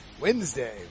Wednesday